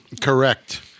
Correct